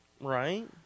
Right